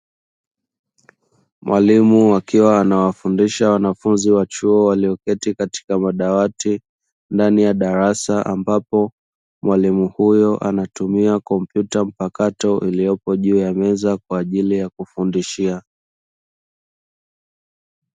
Mwalimu akiwa anafundisha wana chuo walioketi katika madawati ndani ya darasa, ambapo mwalimu huyo anatumia kompyuta mpakato iliyopo juu ya meza kwa ajili ya kufundishia.